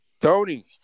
Tony